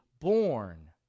born